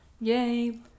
Yay